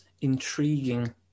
intriguing